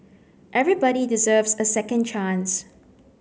everybody deserves a second chance